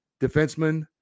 defenseman